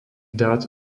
dát